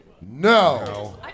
No